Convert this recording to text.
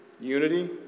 unity